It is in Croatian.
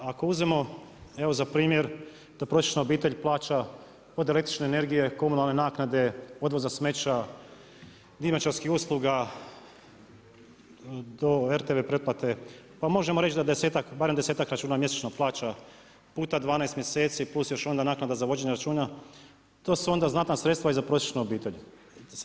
Ako uzmemo evo za primjer da prosječna obitelj plaća od električne energije, komunalne naknade, odvoza smeća, dimnjačarskih usluga do RTV pretplate, pa možemo reći da barem desetak računa mjesečno plaća puta 12 mjeseci plus onda još naknada za vođenje računa, to su onda znatna sredstva i za prosječnu obitelj.